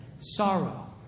sorrow